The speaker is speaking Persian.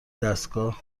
دستگاه